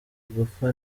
gupfa